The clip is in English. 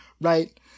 Right